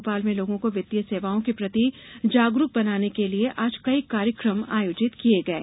भोपाल में लोगों को वित्तीय सेवाओं के प्रति जागरुक बनाने के लिए आज कई कार्यक्रम आयोजित किये गये